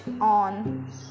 on